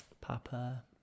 papa